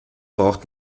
braucht